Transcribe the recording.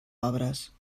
obres